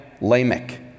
Lamech